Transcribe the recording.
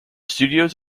studios